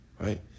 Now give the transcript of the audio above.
right